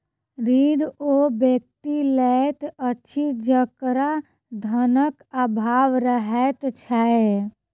ऋण ओ व्यक्ति लैत अछि जकरा धनक आभाव रहैत छै